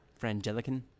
Frangelican